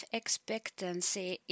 expectancy